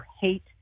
hate